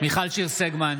מיכל שיר סגמן,